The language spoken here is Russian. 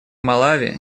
малави